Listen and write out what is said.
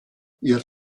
ihr